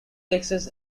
texas